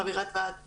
חברת ועד בקול,